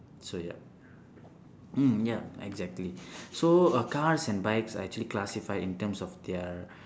so yup mm yup exactly so uh cars and bikes are actually classified in terms of their